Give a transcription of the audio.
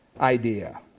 idea